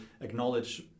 acknowledge